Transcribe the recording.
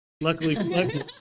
Luckily